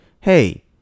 hey